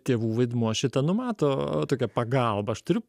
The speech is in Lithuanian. tėvų vaidmuo šitą numato tokią pagalbą aš turiu